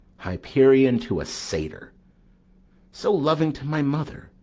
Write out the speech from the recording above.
hyperion to a satyr so loving to my mother,